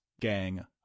gang